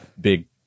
big